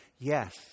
yes